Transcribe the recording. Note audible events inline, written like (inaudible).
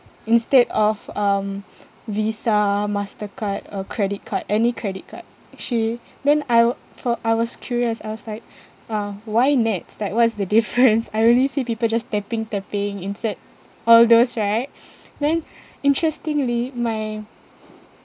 instead of um Visa Mastercard or credit card any credit card she then I for I was curious I was like uh why NETS like what is the difference (laughs) I really see people just tapping tapping instead all those right (breath) then interestingly my